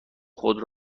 خود